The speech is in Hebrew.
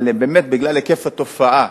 אבל באמת, בגלל היקף התופעה